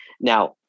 Now